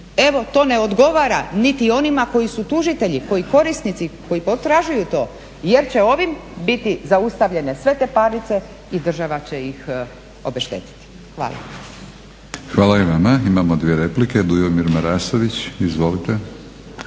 Evo, to ne odgovara niti onima koji su tužitelji, korisnici koji potražuju to jer će ovim biti zaustavljene sve te parnice i država će ih obeštetiti. Hvala. **Batinić, Milorad (HNS)** Hvala i vama. Imamo dvije replike. Dujomir Marasović, izvolite.